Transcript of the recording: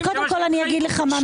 זה מה שהם התחייבו.